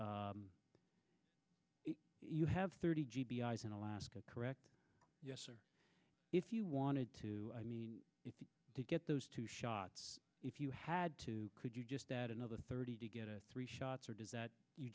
you have thirty g b i's in alaska correct yes or if you wanted to i mean if you did get those two shots if you had to could you just add another thirty to get a three shots or does that you